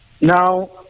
Now